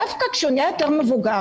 דווקא כשהוא נהיה יותר מבוגר,